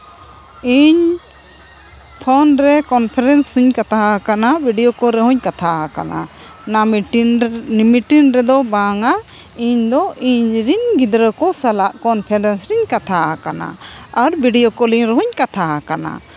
ᱤᱧ ᱯᱷᱳᱱ ᱨᱮ ᱠᱚᱱᱯᱷᱟᱨᱮᱱᱥᱤᱧ ᱠᱟᱛᱷᱟ ᱦᱟᱠᱟᱱᱟ ᱵᱷᱤᱰᱭᱳ ᱠᱚᱞ ᱨᱮᱦᱩᱧ ᱠᱟᱛᱷᱟᱣᱟᱠᱟᱱᱟ ᱚᱱᱟ ᱢᱤᱴᱤᱱ ᱢᱤᱴᱤᱱ ᱨᱮᱫᱚ ᱵᱟᱝᱼᱟ ᱤᱧ ᱫᱚ ᱤᱧ ᱨᱮᱱ ᱜᱤᱫᱽᱨᱟᱹ ᱠᱚ ᱥᱟᱞᱟᱜ ᱠᱚᱱᱯᱷᱟᱨᱮᱱᱥ ᱨᱤᱧ ᱠᱟᱛᱷᱟᱣᱟᱠᱟᱱᱟ ᱟᱨ ᱵᱷᱤᱰᱭᱳ ᱠᱚᱞᱤᱝ ᱨᱮᱦᱩᱧ ᱠᱟᱛᱷᱟᱣᱟᱠᱟᱱᱟ